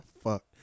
fuck